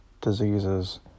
diseases